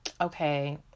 okay